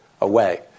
away